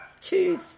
two